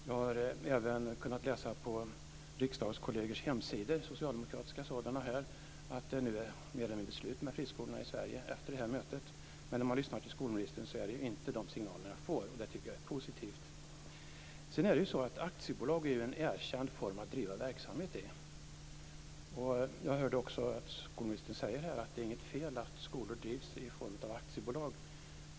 Jag har även kunnat läsa på socialdemokratiska riksdagskollegers hemsidor att det nu är mer eller mindre slut med friskolorna i Sverige efter detta möte. Men när jag lyssnar på skolministern är det inte de signalerna jag får, och det är positivt. Aktiebolag är en erkänd form att driva verksamhet i. Jag hörde också skolministern säga att det inte är något fel att skolor drivs i form av aktiebolag.